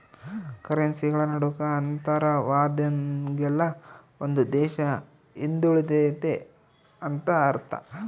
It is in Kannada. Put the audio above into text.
ಕರೆನ್ಸಿಗಳ ನಡುಕ ಅಂತರವಾದಂಗೆಲ್ಲ ಒಂದು ದೇಶ ಹಿಂದುಳಿತೆತೆ ಅಂತ ಅರ್ಥ